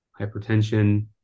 hypertension